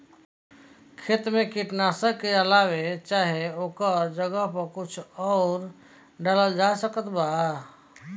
खेत मे कीटनाशक के अलावे चाहे ओकरा जगह पर कुछ आउर डालल जा सकत बा?